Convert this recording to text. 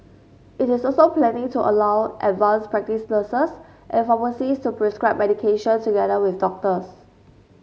it is also planning to allow advanced practice nurses and pharmacists to prescribe medication together with doctors